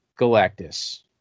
Galactus